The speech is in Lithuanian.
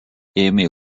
ėmė